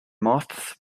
moths